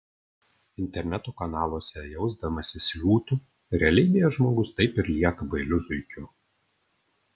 interneto kanaluose jausdamasis liūtu realybėje žmogus taip ir lieka bailiu zuikiu